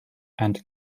and